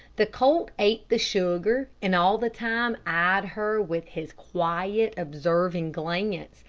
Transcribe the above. the colt ate the sugar, and all the time eyed her with his quiet, observing glance,